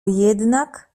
jednak